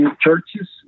churches